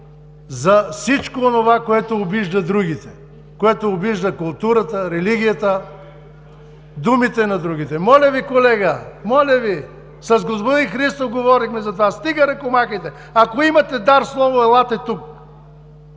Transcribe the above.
за всичко онова, което обижда другите, което обижда културата, религията, думите на другите. (Реплики от ГЕРБ.) Моля Ви, колега! Моля Ви! С господин Христов говорихме за това. Стига ръкомахайте! Ако имате дар слово, елате тук!